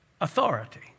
authority